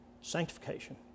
Sanctification